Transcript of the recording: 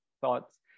thoughts